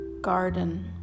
garden